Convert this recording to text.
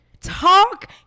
Talk